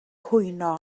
cwyno